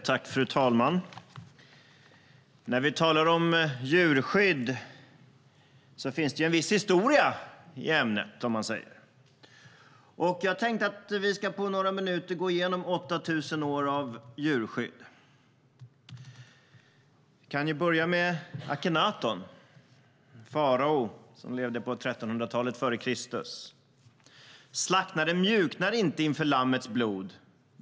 Vi kan börja med Akhenaton, en farao som levde på 1300-talet f.Kr. Han sa: Slaktaren mjuknar inte inför lammets blod.